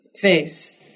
face